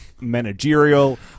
managerial